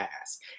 ask